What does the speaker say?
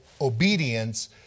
obedience